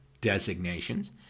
Designations